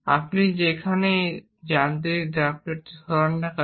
আপনি যেখানেই এই যান্ত্রিক ড্রাফটারটি সরান না কেন